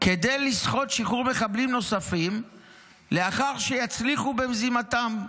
"כדי לסחוט שחרור מחבלים נוספים לאחר שיצליחו במזימתם זו.